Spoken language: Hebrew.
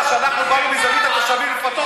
אתה יודע שאנחנו באנו מזווית התושבים, לפצות אותם.